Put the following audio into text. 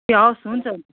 ए हवस् हुन्छ हुन्छ